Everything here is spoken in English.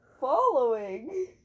following